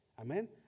Amen